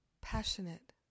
passionate